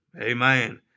Amen